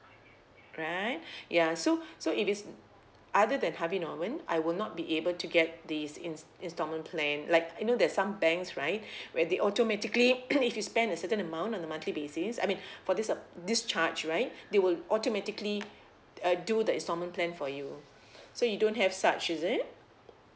right ya so so if it's other than Harvey Norman I will not be able to get this ins~ installment plan like you know there's some banks right where they automatically if you spend a certain amount on a monthly basis I mean for this uh this charge right they will automatically uh do the installment plan for you so you don't have such is it